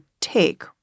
take